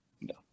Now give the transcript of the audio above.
No